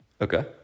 Okay